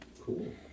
Cool